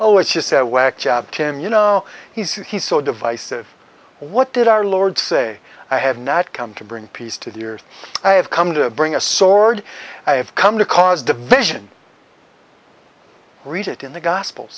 oh it's just whack job tim you know he's so divisive what did our lord say i have not come to bring peace to the earth i have come to bring a sword i have come to cause division read it in the gospel